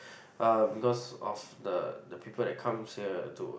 um because of the the people that comes here to